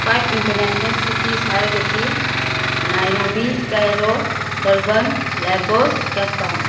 five international cities ꯍꯥꯏꯔꯒꯗꯤ Nairobi Cairo ꯕꯔꯕꯣꯟ Lagos Cape town